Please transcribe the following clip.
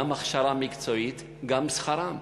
גם הכשרה מקצועית, גם שכרן.